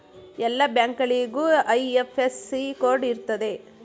ಎಲ್ಲ ಬ್ಯಾಂಕ್ಗಳಿಗೂ IFSC code ಇರ್ತದೆ